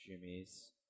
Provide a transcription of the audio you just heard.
Jimmy's